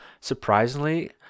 surprisingly